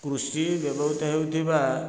କୃଷି ବ୍ୟବହୃତ ହେଉଥିବା